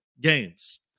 games